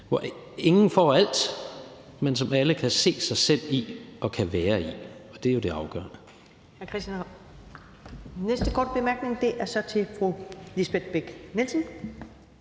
hvor ingen får alt, men hvor alle kan se sig selv i det og kan være i det, og det er jo det afgørende.